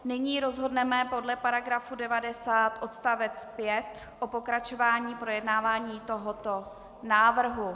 Nyní rozhodneme podle § 90 odst. 5 o pokračování projednávání tohoto návrhu.